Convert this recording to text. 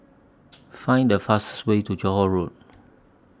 Find The fastest Way to Johore Road